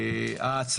הלא-פשוטה.